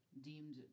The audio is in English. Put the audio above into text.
deemed